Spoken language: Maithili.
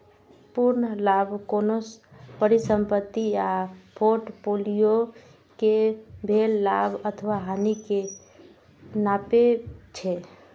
संपूर्ण लाभ कोनो परिसंपत्ति आ फोर्टफोलियो कें भेल लाभ अथवा हानि कें नापै छै